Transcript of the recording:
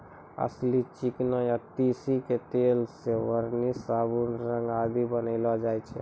अलसी, चिकना या तीसी के तेल सॅ वार्निस, साबुन, रंग आदि बनैलो जाय छै